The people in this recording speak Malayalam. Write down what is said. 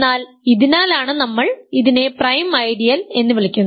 എന്നാൽ ഇതിനാലാണ് നമ്മൾ ഇതിനെ പ്രൈം ഐഡിയൽ എന്ന് വിളിക്കുന്നത്